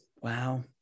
Wow